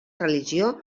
religió